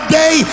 day